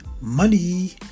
money